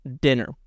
dinner